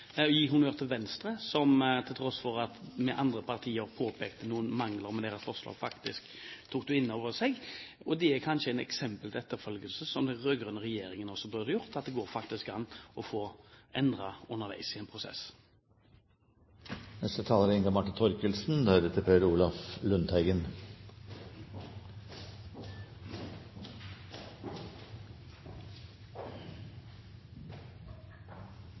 gi honnør til Venstre som, da de andre partier påpekte noen mangler ved deres forslag, faktisk tok det inn over seg. Det er kanskje et eksempel til etterfølgelse for den rød-grønne regjeringen – det går faktisk an å få endret noe underveis i en prosess. Det er